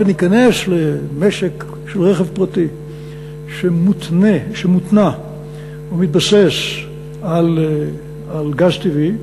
היה ונכנס למשק כלשהו רכב פרטי שמותנע ומתבסס על גז טבעי,